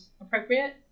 appropriate